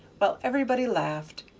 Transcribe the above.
while everybody laughed.